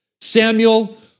Samuel